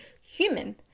human